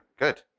Good